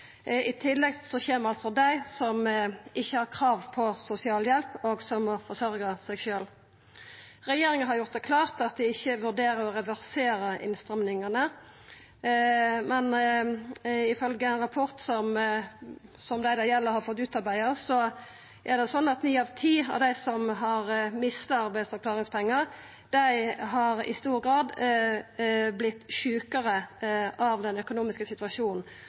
I tillegg kjem dei som ikkje har krav på sosialhjelp, og som må forsørgja seg sjølve. Regjeringa har gjort det klart at dei ikkje vurderer å reversera innstramingane, men ifølgje ein rapport som dei det gjeld har fått utarbeidd, er det slik at ni av ti av dei som har mista arbeidsavklaringspengar, i stor grad har vorte sjukare av den økonomiske situasjonen.